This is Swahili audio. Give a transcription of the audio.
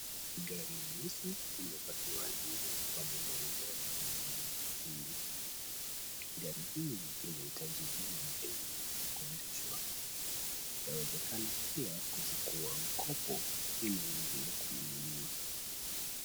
Gari nyeusi imepackiwa nje pamoja na gari zingine nne. Gari hii inahitaji bima ili iweze kuendeshwa, inawezekana pia kuchukua mkopo ili uweze kuinunua.